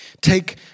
Take